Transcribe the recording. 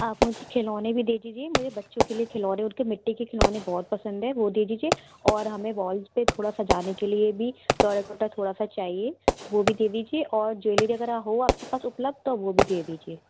आप मुझे खिलौने भी दे दीजिए मुझे बच्चों के लिए खिलौने उनको मिट्टी के खिलौने बहुत पसंद हैं वो दे दीजिए और हमें वॉल्स पर थोड़ा सजाने के लिए भी टॉराकोटा थोड़ा सा चाहिए वो भी दे दीजिए और ज्वेलरी वग़ैरह हो आपके पास उपलब्ध तो वो भी दे दीजिए